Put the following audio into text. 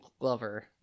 Glover